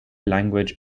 language